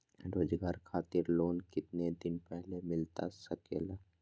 रोजगार खातिर लोन कितने दिन पहले मिलता सके ला?